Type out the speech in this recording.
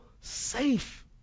safe